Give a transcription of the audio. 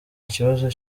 ikibazo